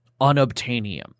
unobtainium